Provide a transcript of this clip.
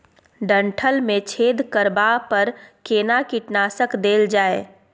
डंठल मे छेद करबा पर केना कीटनासक देल जाय?